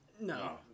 No